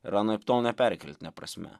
ir anaiptol ne perkeltine prasme